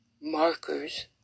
markers